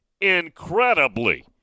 incredibly